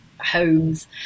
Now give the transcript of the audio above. homes